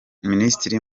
minisitiri